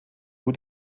nur